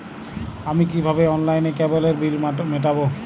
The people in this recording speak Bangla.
আমি কিভাবে অনলাইনে কেবলের বিল মেটাবো?